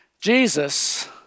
Jesus